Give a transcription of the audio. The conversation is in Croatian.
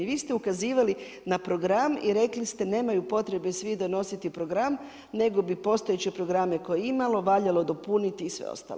Vi ste ukazivali na program i rekli ste nemaju potrebe svi donositi program nego bi postojeće programe koje ima, valjalo dopuniti i sve ostalo.